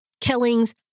killings